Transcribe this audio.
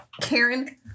Karen